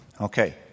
Okay